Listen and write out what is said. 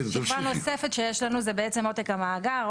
שכבה נוספת שיש לנו זה עותק המאגר.